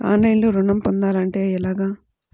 ఆన్లైన్లో ఋణం పొందాలంటే ఎలాగా?